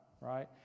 right